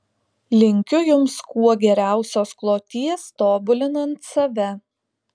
linkiu jums kuo geriausios kloties tobulinant save